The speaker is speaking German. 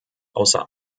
außer